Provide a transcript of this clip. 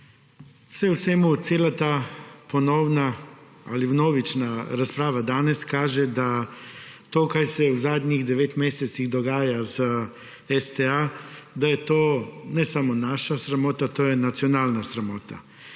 Vse v vsemu cela ta ponovna ali vnovična razprava danes kaže, da to, kaj se v zadnjih 9 mesecih dogaja z STA, da je to ne samo naša sramota, to je nacionalna sramota.